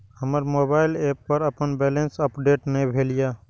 हमर mobile app पर हमर बैलेंस अपडेट ने भेल या